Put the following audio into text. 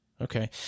Okay